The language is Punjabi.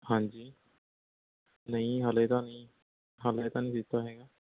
ਹਾਂਜੀ ਨਹੀਂ ਹਾਲੇ ਤਾਂ ਨਹੀਂ ਹਾਲੇ ਤਾਂ ਨਹੀਂ ਸੀਤਾ ਹੈਗਾ